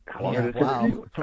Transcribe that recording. Wow